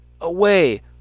away